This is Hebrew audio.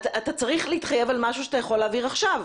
אתה צריך להתחייב על משהו שאתה יכול להעביר עכשיו.